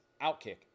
OutKick